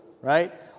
right